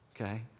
okay